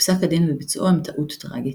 ופסק הדין וביצועו הם טעות טראגית".